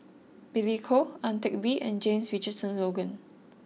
Billy Koh Ang Teck Bee and James Richardson Logan